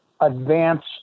advance